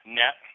net